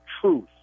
truth